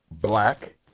black